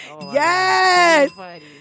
yes